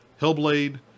Hellblade